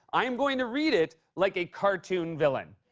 i'm going to read it like a cartoon villain.